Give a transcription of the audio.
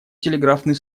телеграфный